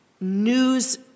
news